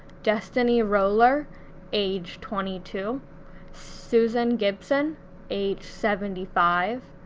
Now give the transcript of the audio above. destiny rollar age twenty two susan gibson age seventy five,